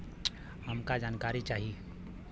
हमका जानकारी चाही?